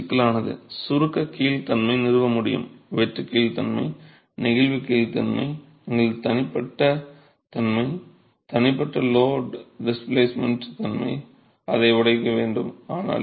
மற்றும் கொத்து சிக்கலானது சுருக்க கீழ் தன்மை நிறுவ முடியும் வெட்டு கீழ் தன்மை நெகிழ்வு கீழ் தன்மை நீங்கள் தனிப்பட்ட தன்மை தனிப்பட்ட லோட் டிஸ்ப்ளேஸ்மென்ட் தன்மை அதை உடைக்க வேண்டும்